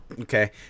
Okay